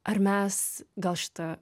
ar mes gal šitą